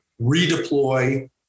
redeploy